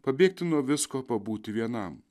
pabėgti nuo visko pabūti vienam